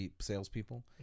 salespeople